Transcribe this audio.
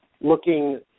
looking